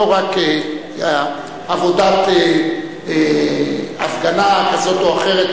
לא רק עבודת הפגנה כזאת או אחרת,